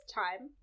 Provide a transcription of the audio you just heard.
time